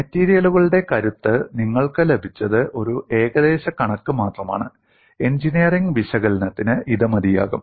മെറ്റീരിയലുകളുടെ കരുത്ത് നിങ്ങൾക്ക് ലഭിച്ചത് ഒരു ഏകദേശ കണക്ക് മാത്രമാണ് എഞ്ചിനീയറിംഗ് വിശകലനത്തിന് ഇത് മതിയാകും